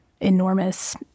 enormous